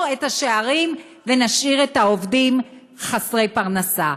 את השערים ונשאיר את העובדים חסרי פרנסה,